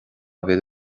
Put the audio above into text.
mhíle